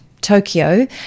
Tokyo